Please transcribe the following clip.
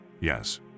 Yes